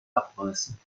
abreißen